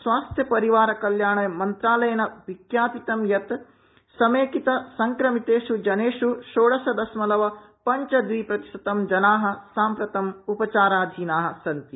स्वास्थ्य परिवार कल्याण मंत्रालयेन विज्ञापितं यत् समेकित संक्रमितेष् जनेष् षोडशदशमलव पञ्च द्विप्रतिशतं जनाः साम्प्रतं उपचाराधीना सन्ति